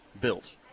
built